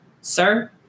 Sir